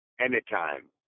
anytime